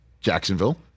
Jacksonville